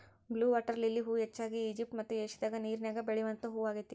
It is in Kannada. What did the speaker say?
ಬ್ಲೂ ವಾಟರ ಲಿಲ್ಲಿ ಹೂ ಹೆಚ್ಚಾಗಿ ಈಜಿಪ್ಟ್ ಮತ್ತ ಏಷ್ಯಾದಾಗ ನೇರಿನ್ಯಾಗ ಬೆಳಿವಂತ ಹೂ ಆಗೇತಿ